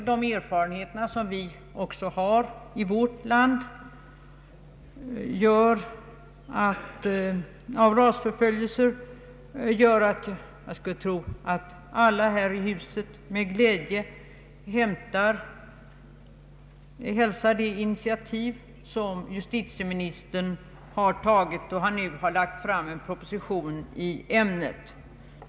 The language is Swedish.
De erfarenheter av rasförföljelser som vi har också i vårt land gör att jag skulle tro att alla här i huset med glädje hälsar det initiativ som justitieministern har tagit, när han nu lagt fram en proposition i ämnet.